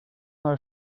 haar